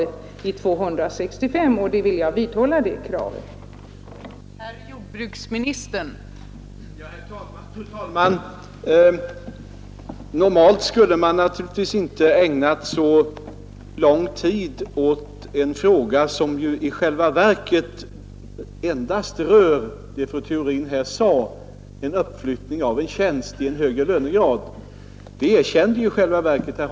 Jag vidhåller detta avslagsyrkande och yrkar bifall till utskottets hemställan i denna del.